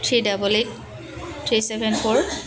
three double eight three seven four